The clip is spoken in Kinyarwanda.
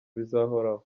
bizahoraho